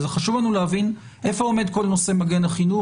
חשוב לנו להבין איפה עומד כל נושא מגן החינוך.